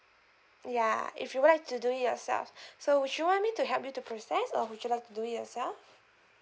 ya if you would like to do it yourself so would you want me to help you to process or would you like to do it yourself